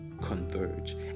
converge